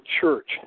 Church